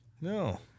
No